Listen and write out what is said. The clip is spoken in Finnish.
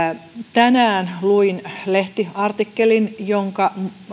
tänään luin lehtiartikkelin